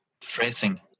phrasing